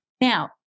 Now